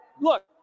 look